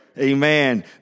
Amen